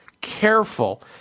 careful